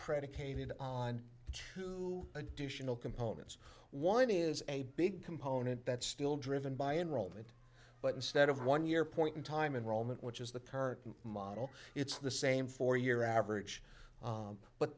predicated on two additional components one is a big component that's still driven by enrollment but instead of one year point in time in roman which is the current model it's the same four year average